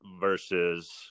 versus